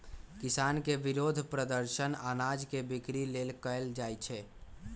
किसान के विरोध प्रदर्शन अनाज के बिक्री लेल कएल जाइ छै